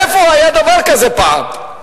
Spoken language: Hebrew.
איפה היה דבר כזה פעם?